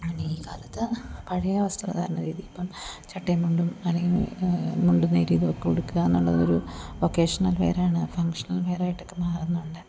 പിന്നെ ഈ കാലത്ത് പഴയ വസ്ത്രധാരണ രീതി ഇപ്പം ചട്ടയും മുണ്ടും അല്ലെങ്കിൽ മുണ്ടും നേരിയതൊക്കെ ഉടുക്കാന്നുള്ളത് ഒരു ഒക്കേഷണൽ വെയറാണ് ഫങ്ഷണൽ വിയറായിട്ടൊക്കെ മാറുന്നുണ്ട്